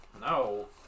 no